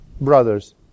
Brothers